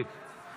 טלי גוטליב,